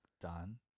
done